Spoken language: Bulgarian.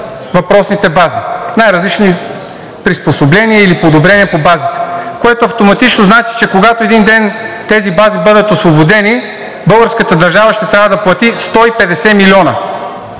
въпросните бази – най-различни приспособления или подобрения по базите, което автоматично значи, че когато един ден тези бази бъдат освободени, българската държава ще трябва да плати 150 милиона.